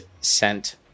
sent